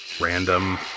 random